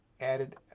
Added